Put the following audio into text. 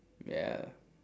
ya